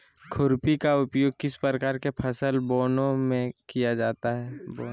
खुरपी का उपयोग किस प्रकार के फसल बोने में किया जाता है?